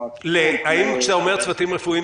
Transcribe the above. -- האם כשאתה אומר "צוותים רפואיים",